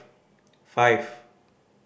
five